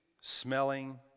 smelling